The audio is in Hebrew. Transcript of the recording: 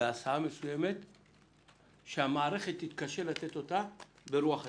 בהסעה מסוימת שהמערכת תתקשה לתת אותה ברוח התקנות.